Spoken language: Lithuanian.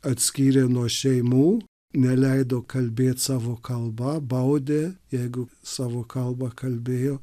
atskyrė nuo šeimų neleido kalbėt savo kalba baudė jeigu savo kalba kalbėjo